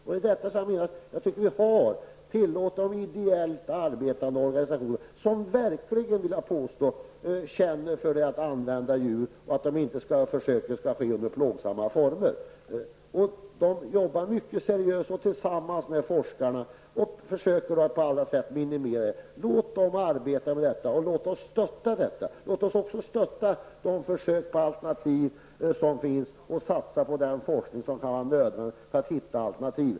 Jag menar att vi skall låta de ideellt arbetande organisationerna, som verkligen känner för användning av djuren på rätt sätt, så att försöken inte sker i plågsamma former, arbeta med det här. Organisationerna arbetar mycket seriöst tillsammans med forskarna och strävar efter att på alla sätt minimera antalet försök. Låt dessa organisationer arbeta med det här och låt oss stödja dem. Låt oss också stödja de alternativ som finns och satsa på den forskning som kan vara nödvändig för att hitta alternativ.